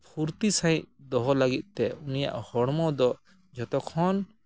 ᱯᱷᱩᱨᱛᱤ ᱥᱟᱺᱦᱤᱡ ᱫᱚᱦᱚ ᱞᱟᱹᱜᱤᱫ ᱛᱮ ᱩᱱᱤᱭᱟᱜ ᱦᱚᱲᱢᱚ ᱫᱚ ᱡᱷᱚᱛᱚ ᱠᱷᱚᱱ